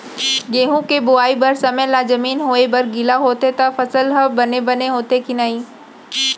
गेहूँ के बोआई बर समय ला जमीन होये बर गिला होथे त फसल ह बने होथे की नही?